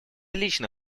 лично